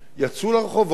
יצאו לרחובות.